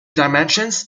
dimensions